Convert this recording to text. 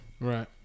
Right